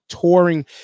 touring